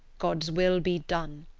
god's will be done!